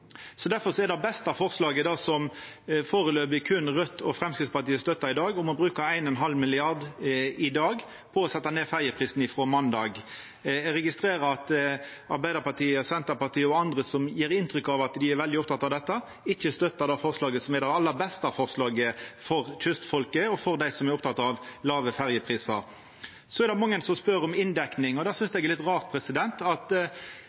er det foreløpig berre Raudt og Framstegspartiet som støttar det beste forlaget i dag, om å bruka 1,5 mrd. kr på å setja ned ferjeprisane frå måndag. Eg registrerer at Arbeidarpartiet og Senterpartiet og andre som gjev inntrykk av at dei er veldig opptekne av dette, ikkje støttar det forslaget som er det aller beste forslaget for kystfolket og for dei som er opptekne av låge ferjeprisar. Så er det mange som spør om inndekninga. Eg synest det er litt rart at